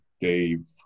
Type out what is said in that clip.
Dave